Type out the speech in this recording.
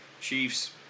Chiefs